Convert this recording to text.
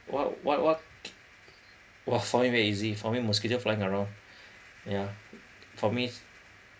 what what what !wah! for me very easy for me mosquito flying around ya for me